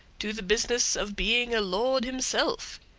to the business of being a lord himself.